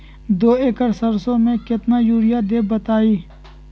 दो एकड़ सरसो म केतना यूरिया देब बताई?